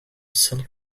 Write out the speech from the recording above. cell